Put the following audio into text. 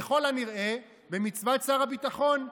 ככל הנראה במצוות שר הביטחון,